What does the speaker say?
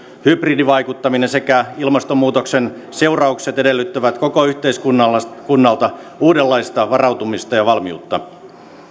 hybridivaikuttaminen sekä ilmastonmuutoksen seuraukset edellyttävät koko yhteiskunnalta uudenlaista varautumista ja valmiutta